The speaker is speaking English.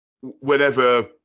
whenever